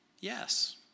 Yes